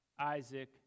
Isaac